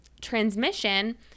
transmission